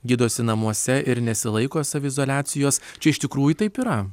gydosi namuose ir nesilaiko saviizoliacijos čia iš tikrųjų taip yra